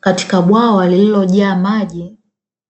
Katika bwawa lililojaa maji